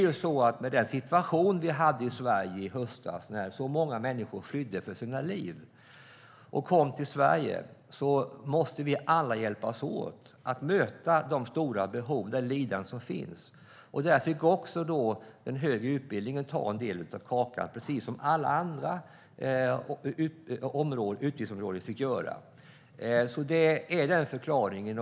I och med den situation vi hade i Sverige i höstas, när så många människor flydde för sina liv och kom till Sverige, måste vi alla hjälpas åt för att möta de stora behov och det lidande som finns. Även den högre utbildningen fick ta en del av kakan, precis som alla andra utgiftsområden fick göra. Det är förklaringen.